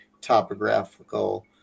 topographical